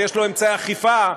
ויש לו אמצעי אכיפה,